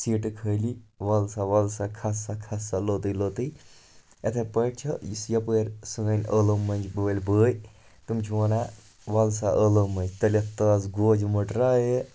سیٖٹہٕ خٲلی وَل سا وَل سا کھَس سا کَھس سا لوٚتُے لوٚتُے اِتھٕے پٲٹھۍ چھِ یُس یَپٲرۍ سٲنۍ ٲلوٕ مۄنٛجہِ وٲلۍ بٲے تِم چھِ وَنان وَل سا ٲلوٕ مۄنٛجہِ تٔلِتھ تازٕ گۄجہِ مَٹر ہا ہے